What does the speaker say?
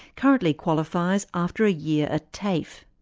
currently qualifies after a year at tafe.